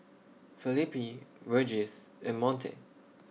Felipe Regis and Monte